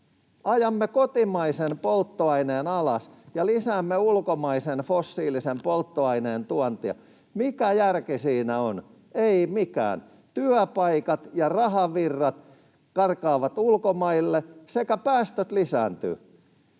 Ajamme kotimaisen polttoaineen alas ja lisäämme ulkomaisen fossiilisen polttoaineen tuontia. Mikä järki siinä on? Ei mikään. Työpaikat ja rahavirrat karkaavat ulkomaille sekä päästöt lisääntyvät.